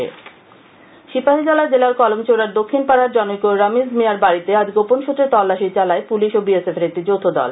উদ্ধার সিপাহীজলা জেলার কলম চৌড়ার দক্ষিণ পাড়ার জনৈক রমিজ মিঞার বাড়িতে আজ গোপন সূত্রে তল্লাসী চালায় পুলিশ ও বিএসএফ র একটি যৌথ দল